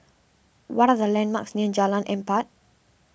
what are the landmarks near Jalan Empat